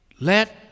let